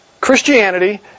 Christianity